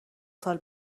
سال